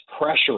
pressure